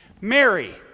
Mary